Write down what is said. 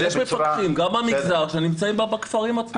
מפקחים, גם במגזר הערבי, שנמצאים בכפרים עצמם